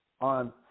on